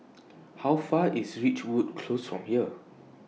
How Far IS Ridgewood Close from here